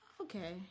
okay